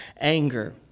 anger